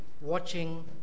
watching